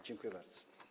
Dziękuję bardzo.